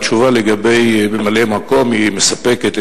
התשובה לגבי ממלאי-מקום מספקת,